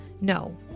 No